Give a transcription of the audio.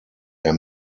der